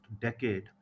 decade